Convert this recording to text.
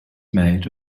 made